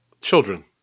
Children